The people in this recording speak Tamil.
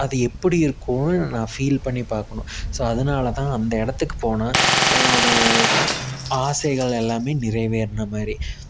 அது எப்படி இருக்குதுன்னு நான் ஃபீல் பண்ணி பார்க்கணும் ஸோ அதனாலதான் அந்த இடத்துக்கு போனால் என்னோடய ஆசைகள் எல்லாமே நிறைவேறுன மாதிரி